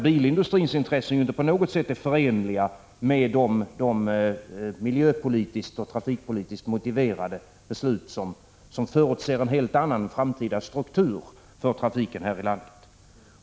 Bilindustrins intressen är inte på något sätt förenliga med de miljöpolitiskt och trafikpolitiskt motiverade beslut som förutser en helt annan framtida struktur för trafiken här i landet.